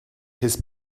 his